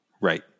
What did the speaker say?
Right